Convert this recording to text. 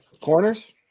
Corners